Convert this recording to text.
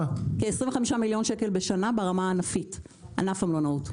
יש הרבה מלונות.